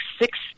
six